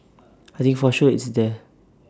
I think for sure it's there